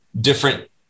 different